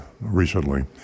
recently